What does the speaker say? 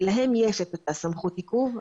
להם יש את אותה סמכות עיכוב.